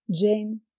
Jane